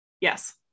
Yes